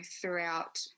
throughout